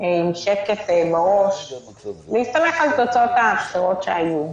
עם שקט בראש, להסתמך על תוצאות הבחירות שהיו,